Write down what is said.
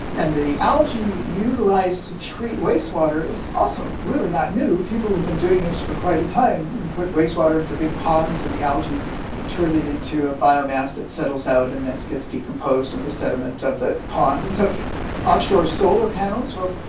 and the algae utilised like to treat wastewater is also really not new. people have been doing this for quite a time. you put wastewater into big ponds and the algae turn it into a biomass that settles out and that gets decomposed in the sediment of the pond. and so offshore solar panels, well,